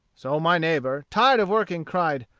so my neighbor, tired of working, cried,